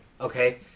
okay